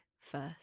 first